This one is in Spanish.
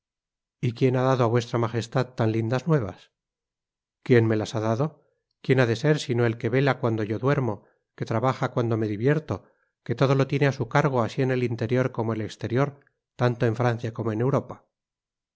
y quién ha dado á vuestra magestad tan lindas nuevas quién me las ha dado quién ha de ser sino el que vela cuando yo duer mo que trabaja cuando me divierto que todo lo tiene á su cargo así en el interior como en el exterior tanto en francia como en europa